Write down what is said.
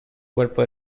cuerpo